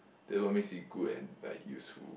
then what makes you good and like useful